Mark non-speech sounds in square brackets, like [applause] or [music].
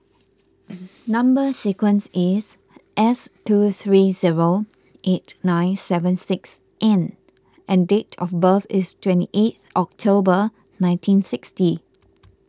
[noise] Number Sequence is S two three zero eight nine seven six N and date of birth is twenty eight October nineteen sixty